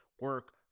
Work